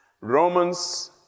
Romans